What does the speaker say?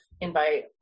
invite